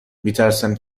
میترسند